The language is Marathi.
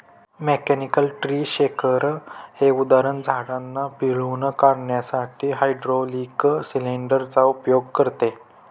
मेकॅनिकल ट्री शेकर हे उपकरण झाडांना पिळून काढण्यासाठी हायड्रोलिक सिलेंडर चा उपयोग करते